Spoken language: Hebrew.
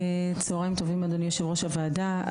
צהרים טובים אדוני יושב ראש הוועדה.